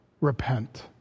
Repent